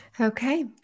okay